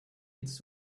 it’s